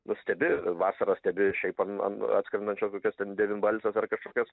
nu stebi vasarą stebi šiaip an an atskrendančias kokias ten devynbalses ar kažkokias